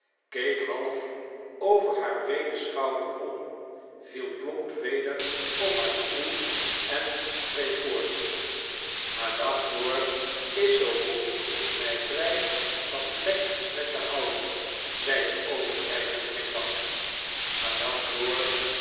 keek half over haar breeden schouder om viel plomp weder op haar stoel en wreef voort madame dor is zoo goed my vry vanvlek en smet te bondon zeide obenreizer glimlachend madame dor